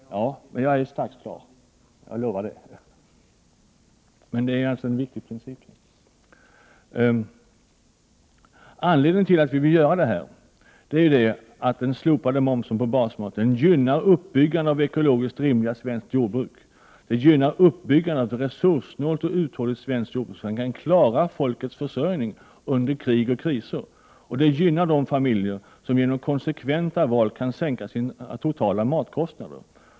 Fru talman! Jag lovar att jag är strax klar. Men denna fråga är en viktig principsak. Anledningen till att vi vill ge dessa matvaror stöd är att den slopade momsen på basmaten gynnar uppbyggandet av ett ekologiskt rimligt svenskt jordbruk. Det gynnar uppbyggandet av ett resurssnålt och uthålligt svenskt jordbruk som kan klara folkets försörjning under krig och kriser. Det gynnar de familjer som genom konsekventa val kan sänka sina totala matkostnader.